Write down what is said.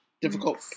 difficult